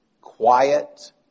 quiet